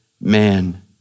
man